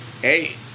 Hey